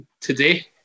today